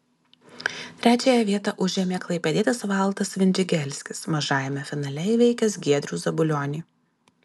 trečiąją vietą užėmė klaipėdietis valdas vindžigelskis mažajame finale įveikęs giedrių zabulionį